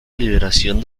liberación